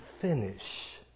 finish